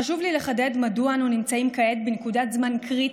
חשוב לי לחדד מדוע אנו נמצאים כעת בנקודת זמן קריטית,